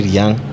young